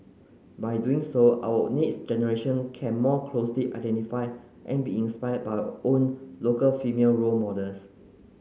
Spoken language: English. by doing so our next generation can more closely identify and be inspired by our own local female role models